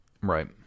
Right